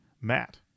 Matt